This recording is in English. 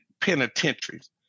penitentiaries